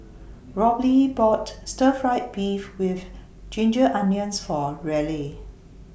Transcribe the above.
Robley bought Stir Fry Beef with Ginger Onions For Raleigh